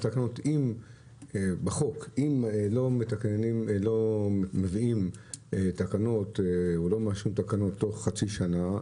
שאומרות שאם לא מביאים תקנות תוך חצי שנה,